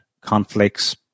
conflicts